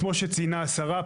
כמו שציינה השרה,